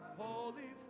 holy